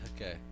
Okay